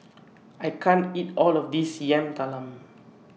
I can't eat All of This Yam Talam